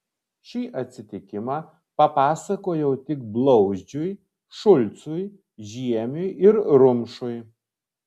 šį atsitikimą papasakojau tik blauzdžiui šulcui žiemiui ir rumšui